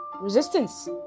resistance